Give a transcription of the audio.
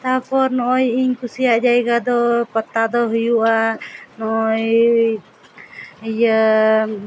ᱛᱟᱯᱚᱨ ᱤᱧ ᱱᱚᱜᱼᱚᱭ ᱤᱧ ᱠᱩᱥᱤᱭᱟᱜ ᱡᱟᱭᱜᱟ ᱫᱚ ᱯᱟᱛᱟ ᱫᱚ ᱦᱩᱭᱩᱜᱼᱟ ᱱᱚᱜᱼᱚᱭ ᱤᱭᱟᱹ